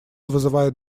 вызывает